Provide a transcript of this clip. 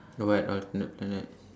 the what alternate planet